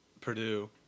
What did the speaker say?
Purdue